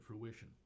fruition